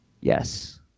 Yes